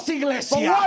iglesia